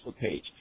page